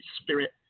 spirit